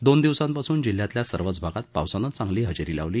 दोन दिवसांपासून जिल्ह्यातल्या सर्वच भागात पावसानं चांगली हजेरी लावली